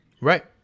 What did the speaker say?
Right